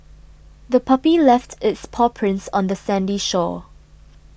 the puppy left its paw prints on the sandy shore